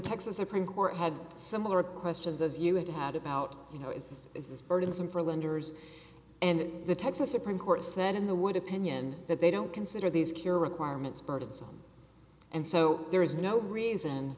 texas supreme court had similar questions as you have had about you know is this is this burdensome for lenders and the texas supreme court said in the wood opinion that they don't consider these cure requirements burdensome and so there is no reason